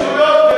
שטויות.